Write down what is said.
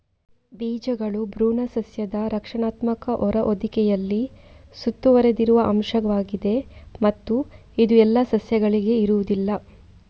ಬೀಜಗಳು ಭ್ರೂಣ ಸಸ್ಯದ ರಕ್ಷಣಾತ್ಮಕ ಹೊರ ಹೊದಿಕೆಯಲ್ಲಿ ಸುತ್ತುವರೆದಿರುವ ಅಂಶವಾಗಿದೆ ಮತ್ತು ಇದು ಎಲ್ಲಾ ಸಸ್ಯಗಳಲ್ಲಿ ಇರುವುದಿಲ್ಲ